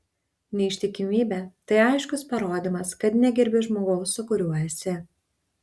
neištikimybė tai aiškus parodymas kad negerbi žmogaus su kuriuo esi